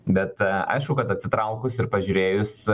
bet aišku kad atsitraukus ir pažiūrėjus